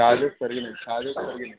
charges పెరిగినై charges పెరిగినై